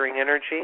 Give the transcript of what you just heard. energy